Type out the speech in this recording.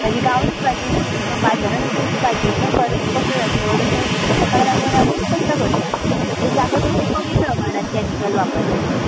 म्हाजी गावठीं भाजी म्हणजी बाजारान येता ती भाजयेतलो फरक कसो जातलो तेका लागून आमी तशे करता जे जाता तितले कमी प्रमाणान कमी कॅमिकल वापरपाचे प्रयत्न करता